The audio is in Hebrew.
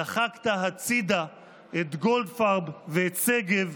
דחקת הצידה את גולדפרב ואת שגב,